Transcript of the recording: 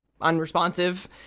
unresponsive